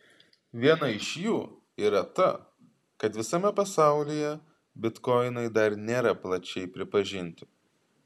viena iš jų yra ta kad visame pasaulyje bitkoinai dar nėra plačiai pripažinti